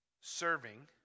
serving